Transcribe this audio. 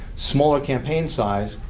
smaller campaign size,